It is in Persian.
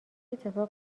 اتفاق